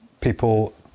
people